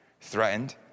threatened